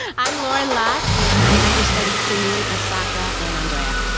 and i'm loren lott, and i understudy ti moune, asaka, and andrea.